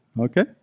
Okay